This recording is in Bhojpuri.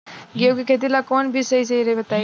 गेहूं के खेती ला कोवन बीज सही रही बताई?